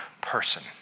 person